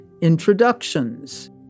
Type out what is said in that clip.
introductions